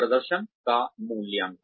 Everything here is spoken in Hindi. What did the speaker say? प्रदर्शन का मूल्यांकन